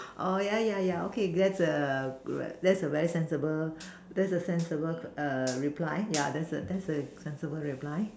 oh yeah yeah yeah okay that's a that's a very sensible that's a sensible err reply yeah that's a that's a sensible reply